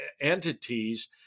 entities